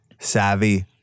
savvy